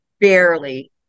barely